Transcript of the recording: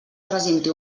presenti